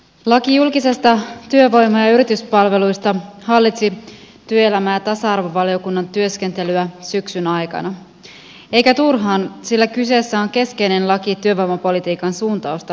laki julkisesta työvoima ja yrityspalvelusta hallitsi työelämä ja tasa arvovaliokunnan työskentelyä syksyn aikana eikä turhaan sillä kyseessä on keskeinen laki työvoimapolitiikan suuntausta linjattaessa